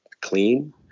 clean